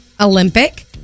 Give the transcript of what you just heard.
Olympic